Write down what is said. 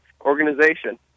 organization